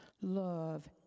Love